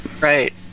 Right